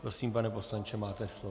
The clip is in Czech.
Prosím, pane poslanče, máte slovo.